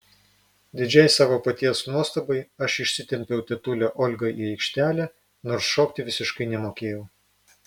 didžiai savo paties nuostabai aš išsitempiau tetulę olgą į aikštelę nors šokti visiškai nemokėjau